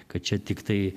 kad čia tiktai